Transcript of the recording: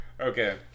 Okay